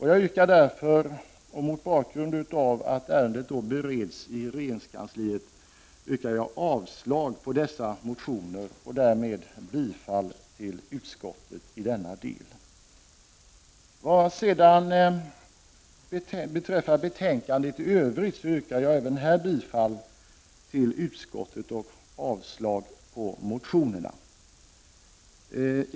Jag yrkar därför, och mot bakgrund av att ärendet bereds i regeringskansliet, avslag på dessa motioner och därmed bifall till utskottets hemställan i denna del. Vad beträffar betänkandet i övrigt yrkar jag även här bifall till utskottets hemställan och avslag på motionerna.